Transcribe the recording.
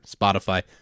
Spotify